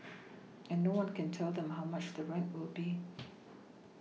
and no one can tell them how much the rent will be